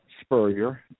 Spurrier